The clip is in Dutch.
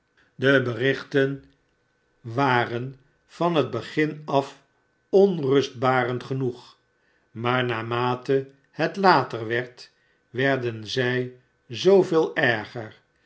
de berichten waren van het begin af onrustbarend genoeg maar naarmate het later werd werden zij zooveel erger